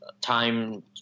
time